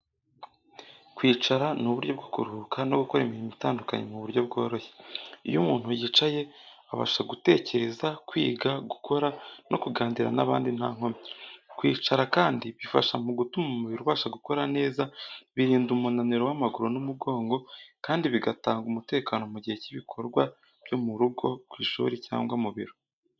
Kwicara ni uburyo bwo kuruhuka no gukora imirimo itandukanye mu buryo bworoshye. Iyo umuntu yicaye, abasha gutekereza, kwiga, gukora no kuganira n’abandi nta nkomyi. Kwicara kandi bifasha mu gutuma umubiri ubasha gukora neza, birinda umunaniro w’amaguru n’umugongo, kandi bigatanga umutekano mu gihe cy’ibikorwa byo mu rugo, ku ishuri cyangwa mu biro.